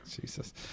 Jesus